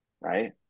right